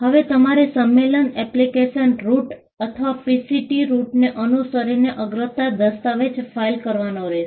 હવે તમારે સંમેલન એપ્લિકેશન રૂટ અથવા પીસીટી રૂટને અનુસરીને અગ્રતા દસ્તાવેજ ફાઇલ કરવાનો રહેશે